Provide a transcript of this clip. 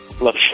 Love